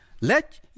Let